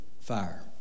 fire